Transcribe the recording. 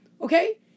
Okay